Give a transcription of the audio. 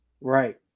Right